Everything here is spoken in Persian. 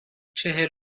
چهل